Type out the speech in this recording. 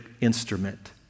instrument